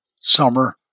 summer